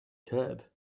curd